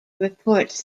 reports